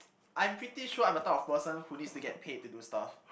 I'm pretty sure I'm a type of person who needs to get paid to do stuff